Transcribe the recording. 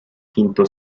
quinto